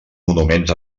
monuments